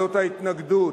ל"ועדות ההתנגדות",